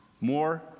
more